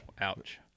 Ouch